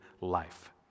life